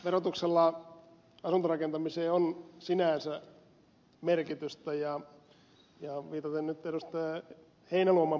verotuksella asuntorakentamiseen on sinänsä merkitystä ja viitaten nyt ed